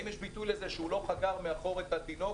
האם יש ביטוי לזה שהוא לא חגר מאחור את התינוק?